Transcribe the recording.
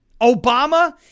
Obama